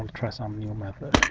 um try some new method.